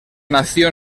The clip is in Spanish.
nació